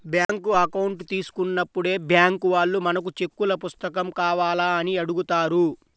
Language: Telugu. బ్యాంకు అకౌంట్ తీసుకున్నప్పుడే బ్బ్యాంకు వాళ్ళు మనకు చెక్కుల పుస్తకం కావాలా అని అడుగుతారు